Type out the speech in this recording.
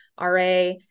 RA